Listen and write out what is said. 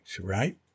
right